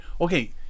okay